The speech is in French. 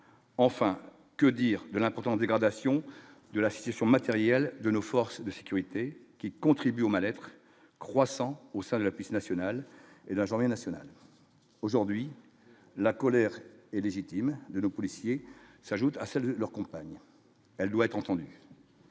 enfin, que dire de l'important : dégradation de la situation matérielle de nos forces de sécurité qui contribue au mal-être croissant au sein de la puce national et la journée nationale aujourd'hui, la colère est légitime, le policier s'ajoute à celles de leurs compagnes, elle doit être entendue,